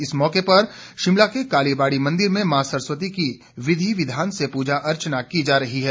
इस मौके पर शिमला के कालीबाढ़ी मंदिर में मां सरस्वती की विधि विधान से पूजा अर्चना की जा रही है